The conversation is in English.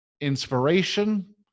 inspiration